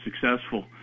successful